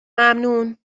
ممنون